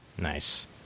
Nice